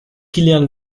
kilian